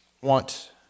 want